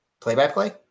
play-by-play